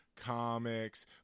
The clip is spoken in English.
Comics